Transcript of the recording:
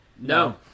No